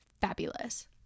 fabulous